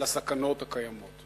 לסכנות הקיימות.